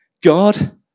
God